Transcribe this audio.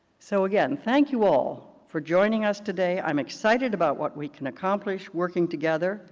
so again, thank you all for joining us today. i am excited about what we can accomplish working together